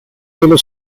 dello